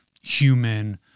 human